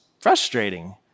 frustrating